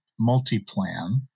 MultiPlan